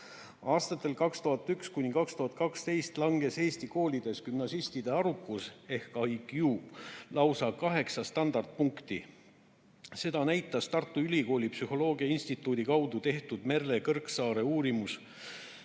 Aastatel 2001–2012 langes eesti koolides gümnasistide arukus (IQ) lausa 8 standardpunkti. Seda näitas Tartu Ülikooli psühholoogia instituudi kaudu tehtud Merle Kõrgesaare uurimus